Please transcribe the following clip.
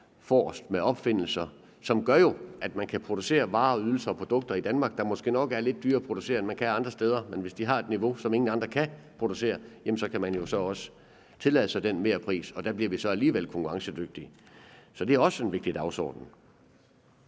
forrest med opfindelser, hvilket jo gør, at man kan producere varer, ydelser og produkter i Danmark, der måske nok er lidt dyrere at producere, end det er andre steder, men hvis de har et niveau, som ingen andre kan producere på, kan man tillade sig den merpris, og der bliver man så alligevel konkurrencedygtig. Så det er også en vigtig dagsorden.